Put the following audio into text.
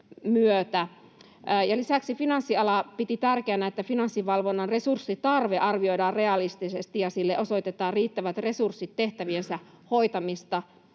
Lisäksi Finanssiala piti tärkeänä, että Finanssivalvonnan resurssitarve arvioidaan realistisesti ja sille osoitetaan riittävät resurssit tehtäviensä hoitamista